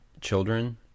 children